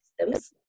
systems